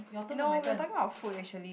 no we were talking about food actually